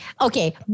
Okay